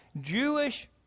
Jewish